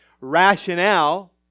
rationale